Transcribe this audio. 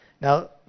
Now